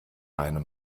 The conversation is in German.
beine